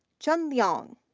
chen liang,